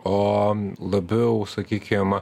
o labiau sakykim